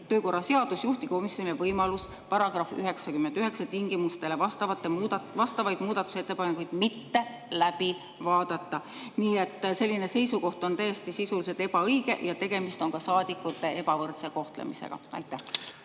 töökorra seadus juhtivkomisjonile võimalust § 99 tingimustele vastavaid muudatusettepanekuid mitte läbi vaadata. Nii et selline seisukoht on sisuliselt täiesti ebaõige ja tegemist on saadikute ebavõrdse kohtlemisega. Aitäh,